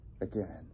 Again